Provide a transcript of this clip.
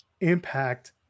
impact